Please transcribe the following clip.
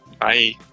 Bye